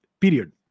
period